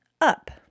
up